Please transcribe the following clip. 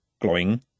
glowing